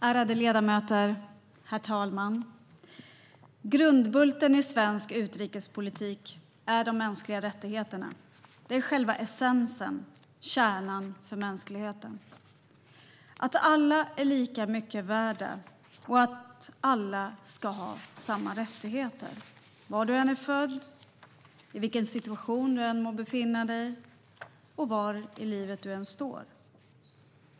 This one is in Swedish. Herr talman! Ärade ledamöter! Grundbulten i svensk utrikespolitik är de mänskliga rättigheterna. Det är själva essensen, kärnan för mänskligheten - att alla är lika mycket värda och att alla ska ha samma rättigheter, var man än är född, i vilken situation man än må befinna sig och var i livet man än står.